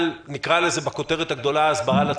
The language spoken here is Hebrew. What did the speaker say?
נקרא לזה בכותרת הגדולה הסברה לציבור?